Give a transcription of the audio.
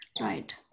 Right